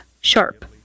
sharp